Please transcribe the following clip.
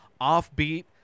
offbeat